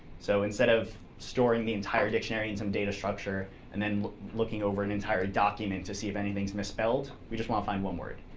so instead of storing the entire dictionary in some data structure and then looking over an entire document to see if anything's misspelled, we just want to find one word.